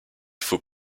faut